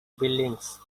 buildings